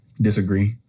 Disagree